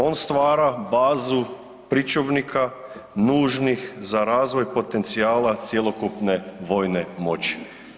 On stvara bazu pričuvnika, nužnih za razvoj potencijala cjelokupne vojne moći.